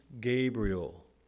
Gabriel